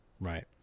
Right